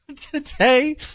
Today